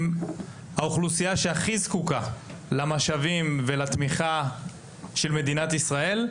האוכלוסייה שהכי זקוקה למשאבים ולתמיכה של מדינת ישראל,